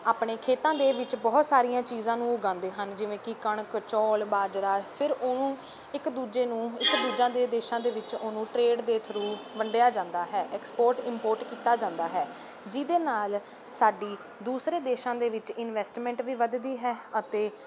ਆਪਣੇ ਖੇਤਾਂ ਦੇ ਵਿੱਚ ਬਹੁਤ ਸਾਰੀਆਂ ਚੀਜ਼ਾਂ ਨੂੰ ਉਗਾਉਂਦੇ ਹਨ ਜਿਵੇਂ ਕਿ ਕਣਕ ਚੌਲ ਬਾਜਰਾ ਫਿਰ ਉਹਨੂੰ ਇੱਕ ਦੂਜੇ ਨੂੰ ਇੱਕ ਦੂਜੇ ਦੇ ਦੇਸ਼ਾਂ ਦੇ ਵਿੱਚ ਉਹਨੂੰ ਟਰੇਡ ਦੇ ਥਰੂ ਵੰਡਿਆ ਜਾਂਦਾ ਹੈ ਐਕਸਪੋਰਟ ਇੰਪੋਰਟ ਕੀਤਾ ਜਾਂਦਾ ਹੈ ਜਿਹਦੇ ਨਾਲ ਸਾਡੀ ਦੂਸਰੇ ਦੇਸ਼ਾਂ ਦੇ ਵਿੱਚ ਇਨਵੈਸਟਮੈਂਟ ਵੀ ਵੱਧਦੀ ਹੈ ਅਤੇ